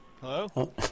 Hello